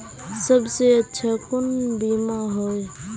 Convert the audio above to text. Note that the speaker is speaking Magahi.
सबसे अच्छा कुन बिमा होय?